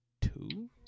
Two